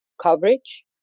coverage